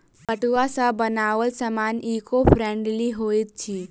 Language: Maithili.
पटुआ सॅ बनाओल सामान ईको फ्रेंडली होइत अछि